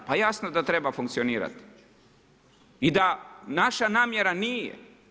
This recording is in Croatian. Pa jasno da treba funkcionirati i da naša namjera nije.